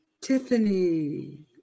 Tiffany